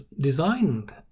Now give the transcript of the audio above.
designed